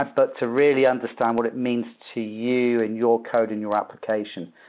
but to really understand what it means to you in your code, in your application.